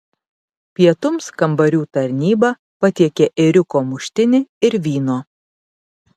pietums kambarių tarnyba patiekė ėriuko muštinį ir vyno